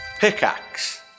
Pickaxe